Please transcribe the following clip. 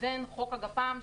לבין חוק הגפ"מ,